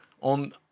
on